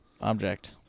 object